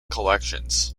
collections